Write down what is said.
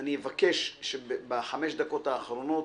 אני אבקש שבחמש דקות האחרונות